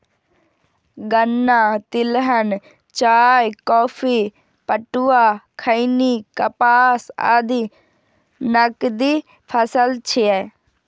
गन्ना, तिलहन, चाय, कॉफी, पटुआ, खैनी, कपास आदि नकदी फसल छियै